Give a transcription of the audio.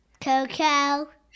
Coco